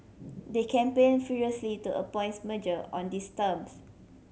they campaigned furiously to merger on these terms